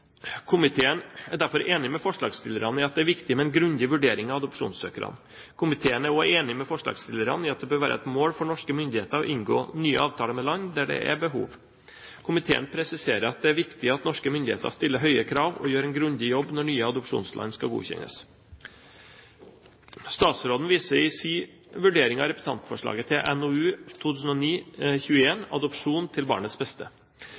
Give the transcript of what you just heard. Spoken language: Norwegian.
Komiteen er derfor enig med forslagsstillerne i at det er viktig med en grundig vurdering av adopsjonssøkerne. Komiteen er også enig med forslagsstillerne i at det bør være et mål for norske myndigheter å inngå nye avtaler med land der det er behov. Komiteen presiserer at det er viktig at norske myndigheter stiller høye krav og gjør en grundig jobb når nye adopsjonsland skal godkjennes. Statsråden viser i sin vurdering av representantforslaget til NOU 2009:21 Adopsjon – til barnets beste.